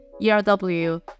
ERW